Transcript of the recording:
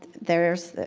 there is